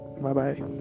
Bye-bye